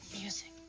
music